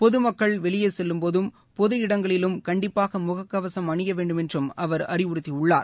பொதுமக்கள் வெளியே செல்லும்போதும் பொது இடங்களிலும் கண்டிப்பாக முக கவசம் அணிய வேண்டுமென்றும் அவர் அறிவுறுத்தியுள்ளார்